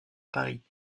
paris